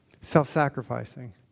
self-sacrificing